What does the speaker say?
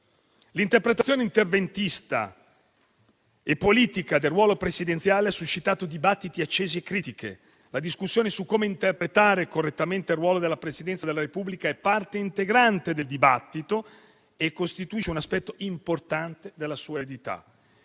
L'interpretazione interventista e politica del ruolo presidenziale ha suscitato dibattiti accesi e critiche; la discussione su come interpretare correttamente il ruolo della Presidenza della Repubblica è parte integrante del dibattito e costituisce un aspetto importante della sua eredità.